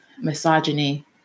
misogyny